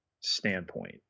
standpoint